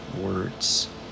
words